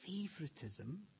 favoritism